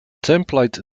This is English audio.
template